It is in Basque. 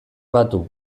batu